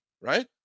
Right